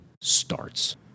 starts